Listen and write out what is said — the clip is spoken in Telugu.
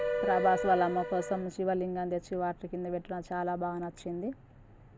ప్రభాస్ వాళ్ళ అమ్మ కోసం శివలింగం దెచ్చి వాటర్ క్రింద పెట్టడం చాలా బాగా నచ్చింది